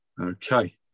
Okay